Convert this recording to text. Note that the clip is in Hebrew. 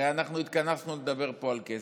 הרי אנחנו התכנסנו לדבר פה על כסף,